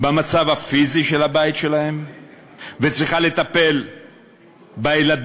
במצב הפיזי של הבית שלהם וצריכה לטפל בילדים